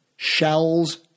Shells